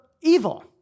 evil